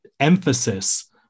emphasis